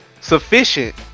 sufficient